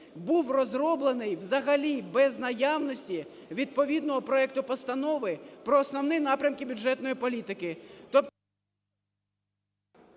був розроблений взагалі без наявності відповідного проекту постанови про Основні напрямки бюджетної політики…